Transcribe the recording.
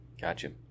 Gotcha